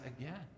again